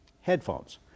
headphones